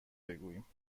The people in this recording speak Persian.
بگویم